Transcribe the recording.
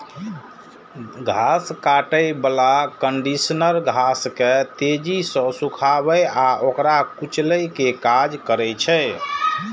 घास काटै बला कंडीशनर घास के तेजी सं सुखाबै आ ओकरा कुचलै के काज करै छै